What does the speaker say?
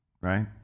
right